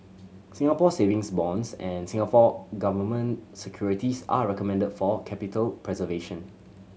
Singapore Savings Bonds and Singapore Government Securities are recommended for capital preservation